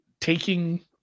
taking